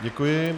Děkuji.